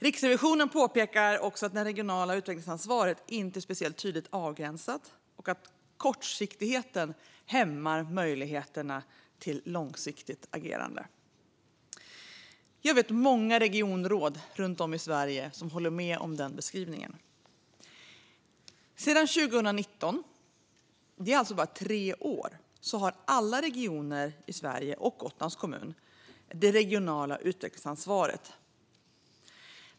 Riksrevisionen påpekar också att det regionala utvecklingsansvaret inte är speciellt tydligt avgränsat och att kortsiktigheten hämmar möjligheterna till långsiktigt agerande. Jag vet många regionråd runt om i Sverige som håller med om den beskrivningen. Sedan 2019, i bara tre år, har alla regioner i Sverige och Gotlands kommun det regionala utvecklingsansvaret.